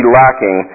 lacking